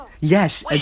Yes